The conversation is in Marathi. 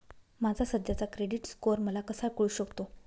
माझा सध्याचा क्रेडिट स्कोअर मला कसा कळू शकतो?